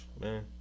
Man